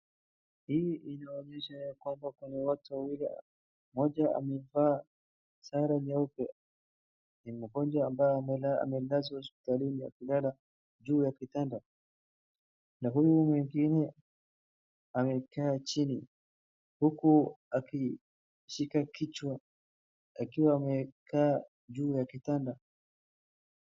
Hii inaonyesha yakwamba kuna watu wawili. Mmoja amevaa sare nyeupe ni mgonjwa ambaye amelazwa hospitalini akilala juu ya kitanda na huyu mwingine amekaa chini huku akishika kichwa akiwa amekaa juu ya kitanda.